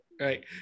right